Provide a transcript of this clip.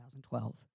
2012